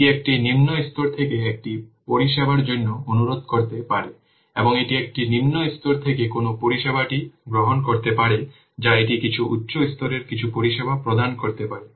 এটি একটি নিম্ন স্তর থেকে একটি পরিষেবার জন্য অনুরোধ করতে পারে এবং এটি একটি নিম্ন স্তর থেকে কোন পরিষেবাটি গ্রহণ করতে পারে যা এটি কিছু উচ্চ স্তরের কিছু পরিষেবা প্রদান করতে পারে